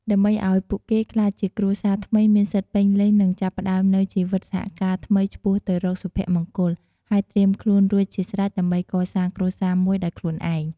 ដើម្បីឲ្យពួកគេក្លាយជាគ្រួសារថ្មីមានសិទ្ធិពេញលេញ និងចាប់ផ្ដើមនូវជីវិតសហការថ្មីឆ្ពោះទៅរកសុភមង្គល ហើយត្រៀមខ្លួនរួចជាស្រេចដើម្បីកសាងគ្រួសារមួយដោយខ្លួនឯង។